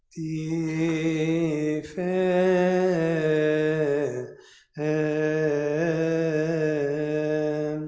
a a a